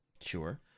Sure